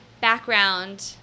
background